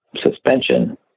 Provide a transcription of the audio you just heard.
suspension